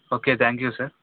okay thank you sir